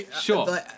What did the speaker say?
Sure